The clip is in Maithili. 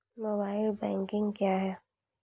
मोबाइल बैंकिंग क्या हैं?